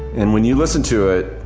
and when you listen to it,